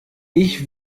ich